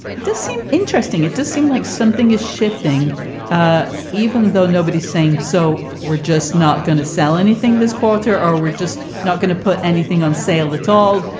it does seem interesting. it does seem like something is shifting ah even. though nobody's saying so, we're just not going to sell anything this quarter or we're just not going to put anything on sale at all.